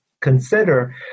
consider